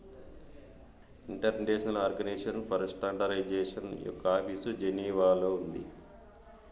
international organisation for standardisation యొక్క office జెనీవాలో ఉంది